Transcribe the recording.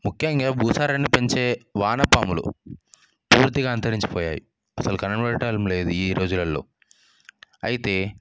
ముఖ్యంగా భూసారాన్ని పెంచే వాన పాములు పూర్తిగా అంతరించిపోయాయయి అసలు కనబడటంలేదు ఈ రోజులల్లో అయితే